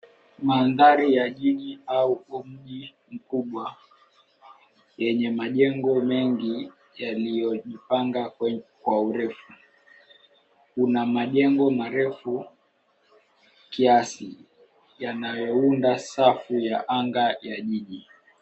Mandhari ya jiji au mji mkubwa yeye majengo mengi yaliyojipanga kwa urefu. Kuna majengo marefu kiasi yanayounda safu ya anga ya jiji.